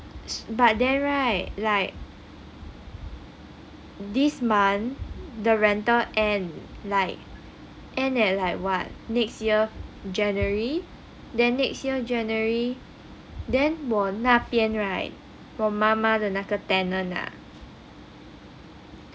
but there right like this month the rental end like end at like what next year january then next year january then 我那边 right 我妈妈的那个 tenant ah